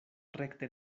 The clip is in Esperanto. rekte